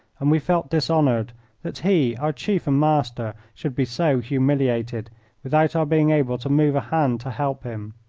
and we felt dishonoured that he, our chief and master, should be so humiliated without our being able to move a hand to help him.